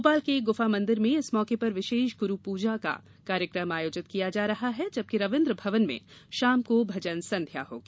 भोपाल के गुफा मंदिर में इस मौके पर विशेष गुरू पूजा का कार्यक्रम आयोजित किया जा रहा है जबकि रवीन्द्र भवन में शाम को भजन संध्या होगी